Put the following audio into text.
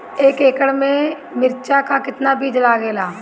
एक एकड़ में मिर्चा का कितना बीज लागेला?